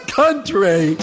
country